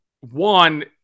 one